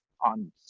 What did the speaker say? on